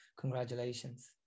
congratulations